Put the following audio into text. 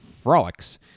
Frolics